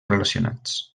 relacionats